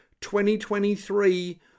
2023